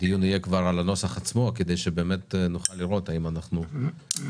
הדיון יהיה כבר על הנוסח עצמו כדי שבאמת נוכל לראות האם אנחנו מכסים